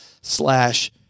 slash